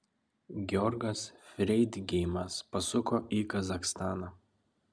georgas freidgeimas pasuko į kazachstaną